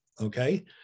okay